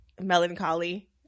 melancholy